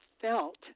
felt